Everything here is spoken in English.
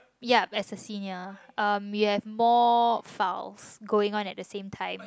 yup as a senior um you have more files going on at the same time